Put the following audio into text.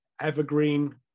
evergreen